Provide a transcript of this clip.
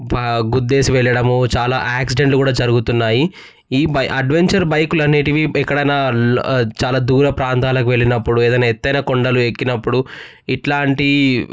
గుద్దేసి వెళ్ళడము చాలా యాక్సిడెంట్లు కూడా జరుగుతున్నాయి ఈ బై అడ్వెంచర్ బైకులు అనేవి ఎక్కడన్నా చాలా దూర ప్రాంతాలకు వెళ్ళినప్పుడు ఏదైనా ఎత్తైన కొండలు ఎక్కినప్పుడు ఇలాంటి